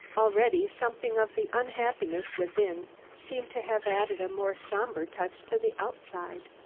already, something of the unhappiness within seemed to have added a more somber touch to the outside.